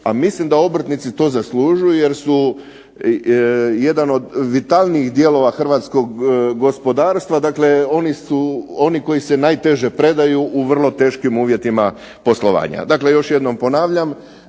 a mislim da obrtnici to zaslužuju jer su jedan od vitalnijih dijelova hrvatskog gospodarstva. Dakle, oni koji se najteže predaju u vrlo teškim uvjetima poslovanja. Dakle, još jednom ponavljam